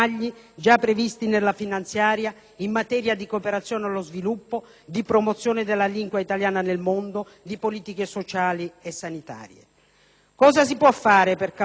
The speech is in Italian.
in materia di cooperazione allo sviluppo, di promozione della lingua italiana nel mondo, di politiche sociali e sanitarie. Cosa si può fare, allora, per cambiare questa logica perversa?